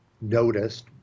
noticed